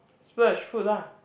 splurge food lah